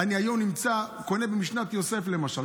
אני היום קונה במשנת יוסף, למשל.